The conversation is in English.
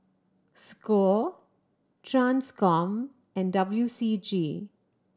score Transcom and W C G